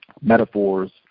metaphors